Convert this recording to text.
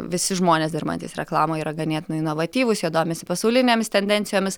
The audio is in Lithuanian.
visi žmonės dirbantys reklamoj yra ganėtinai inovatyvūs jie domisi pasaulinėmis tendencijomis